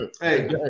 hey